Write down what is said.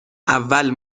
اول